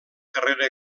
carrera